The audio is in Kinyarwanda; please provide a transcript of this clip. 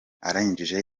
arangije